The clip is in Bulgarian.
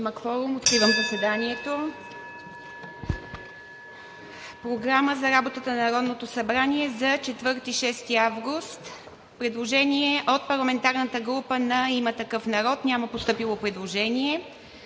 Програма за работа на Народното събрание за 4 – 6 август 2021 г.: Предложение от парламентарната група на „Има такъв народ“ – няма постъпило предложение.